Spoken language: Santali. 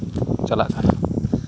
ᱪᱟᱞᱟᱜ ᱥᱟᱱᱟ